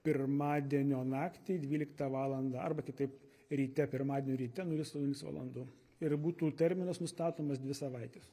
pirmadienio naktį dvyliktą valandą arba kitaip ryte pirmadienio ryte nulis nulis valandų ir būtų terminas nustatomas dvi savaites